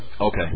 Okay